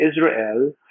Israel